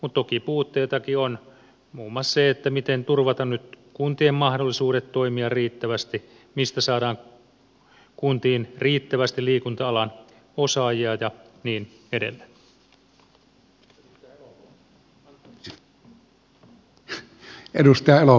mutta toki puutteitakin on muun muassa se miten turvataan nyt kuntien mahdollisuudet toimia riittävästi mistä saadaan kuntiin riittävästi liikunta alan osaajia ja niin edelleen